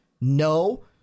No